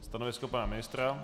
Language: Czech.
Stanovisko pana ministra?